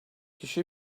kişi